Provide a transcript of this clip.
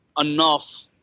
enough